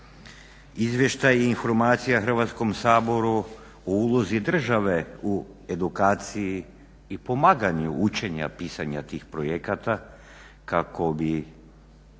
Izvještaj je informacija Hrvatskom saboru o ulozi države u edukaciji i pomaganju učenja pisanja tih projekata kako bi,